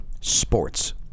Sports